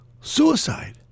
suicide